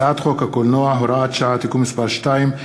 הצעת חוק הקולנוע (הוראת שעה) (תיקון מס' 2),